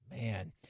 Man